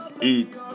eat